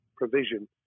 provision